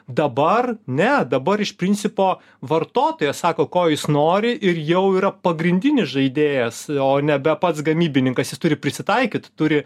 dabar ne dabar iš principo vartotojas sako ko jis nori ir jau yra pagrindinis žaidėjas o nebe pats gamybininkas jis turi prisitaikyt turi